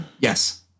Yes